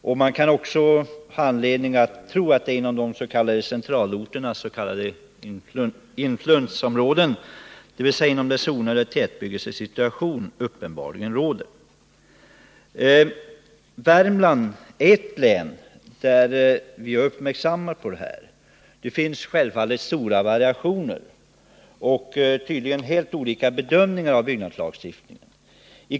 Det finns också anledning att tro att en relativt stor andel av utomplansbyggandet ligger inom centralorternas s.k. influensområden, dvs. inom zoner där tätbebyggelsesituation uppenbarligen råder. Värmland är ett av de län där man har uppmärksamheten riktad på förhållandena i detta avseende. Det finns självfallet stora variationer i utomplansbyggandet och tydligen helt olika bedömningar av byggnadslagstiftningen på detta område.